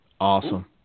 Awesome